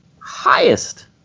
highest